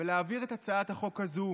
ולהעביר את הצעת החוק הזו